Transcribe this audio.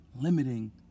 limiting